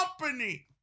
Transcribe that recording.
company